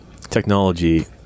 technology